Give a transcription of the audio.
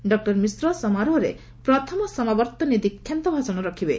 doctor Mishra ସମାରୋହରେ ପ୍ରଥମ ସମାବର୍ତ୍ତନୀ ଦୀକ୍ଷାନ୍ତ ଭାଷଣ ରଖିବେ